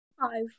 five